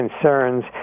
concerns